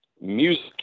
music